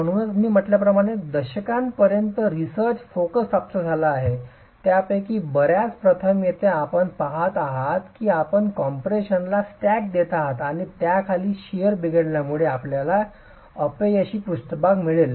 म्हणूनच मी म्हटल्याप्रमाणे दशकांपर्यत रिसर्च फोकस प्राप्त झाला आहे त्यापैकी बर्याच प्रथम येथे आपण पाहत आहात की आपण कम्प्रेशनला स्टॅक देत आहात आणि त्याखाली शिअर बिघडल्यामुळे आपल्याला अपयशी पृष्ठभाग मिळेल